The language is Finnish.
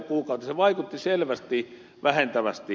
se vaikutti selvästi vähentävästi